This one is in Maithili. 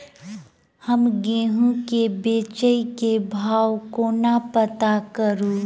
हम गेंहूँ केँ बेचै केँ भाव कोना पत्ता करू?